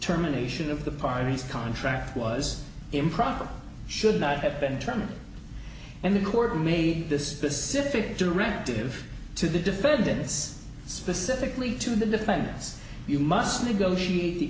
terminations of the parties contract was improper should not have been terminated and the court made this specific directive to the defendants specifically to the defendants you must negotiate the